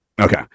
Okay